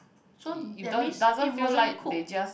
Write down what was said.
so that means it wasn't cook